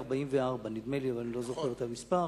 44. אני לא זוכר את המספר.